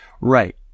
Right